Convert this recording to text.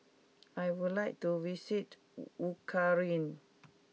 I would like to visit Ukraine